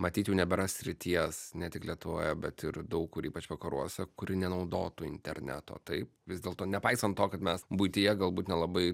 matyt jau nebera srities ne tik lietuvoje bet ir daug kur ypač vakaruose kuri nenaudotų interneto taip vis dėlto nepaisant to kad mes buityje galbūt nelabai